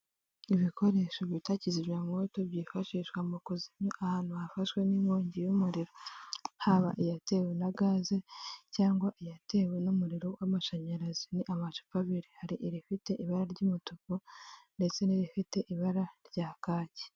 Ibikoresho bita kizimyamwoto byifashishwa mu kuzimya ahantu hafashwe n'inkongi y'umuriro, haba iyatewe na gaze cyangwa iyatewe n'umuriro w'amashanyarazi. Ni amacapa abiri, hari irifite ibara ry'umutuku ndetse n'irifite ibara rya kaki.